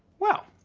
well,